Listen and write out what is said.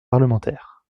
parlementaires